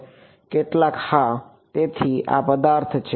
કેટલાક હા તેથી આ પદાર્થ છે